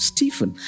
Stephen